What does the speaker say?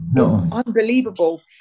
unbelievable